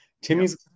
Timmy's